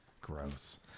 gross